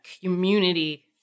community